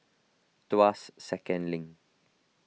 Tuas Second Link